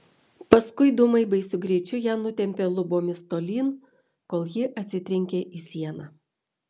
paskui dūmai baisiu greičiu ją nutempė lubomis tolyn kol ji atsitrenkė į sieną